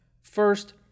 First